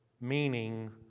meaning